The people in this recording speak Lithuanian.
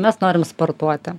mes norim sportuoti